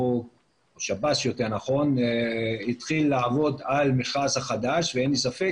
שירות בתי הסוהר התחיל לעבוד על המכרז החדש ואין לי ספק